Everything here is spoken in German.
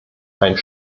einen